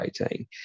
writing